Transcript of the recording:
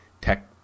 tech